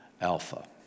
Alpha